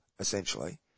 Essentially